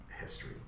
history